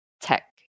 tech